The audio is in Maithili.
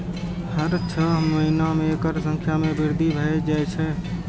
हर छह महीना मे एकर संख्या मे वृद्धि भए जाए छै